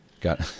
Got